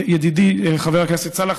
ידידי חבר הכנסת סאלח,